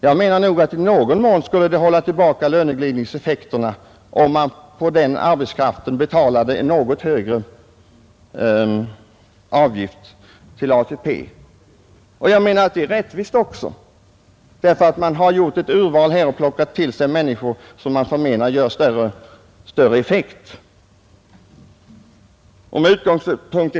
Jag anser att det i någon mån skulle hålla tillbaka löneglidningen, om arbetsgivarna för den arbetskraften betalade en något högre avgift till ATP. Det är rättvist därför att dessa företag har gjort ett urval och plockat till sig människor som man anser ger större effekt.